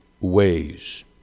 ways